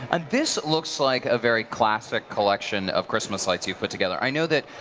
and this looks like a very classic collection of christmas lights you've put together. i know that